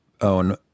own